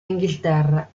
inghilterra